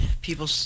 People